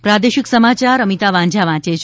પ્રાદેશિક સમાચાર અમિતા વાંઝા વાંચે છે